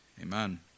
amen